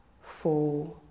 four